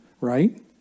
right